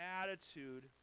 attitude